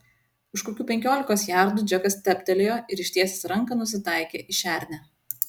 už kokių penkiolikos jardų džekas stabtelėjo ir ištiesęs ranką nusitaikė į šernę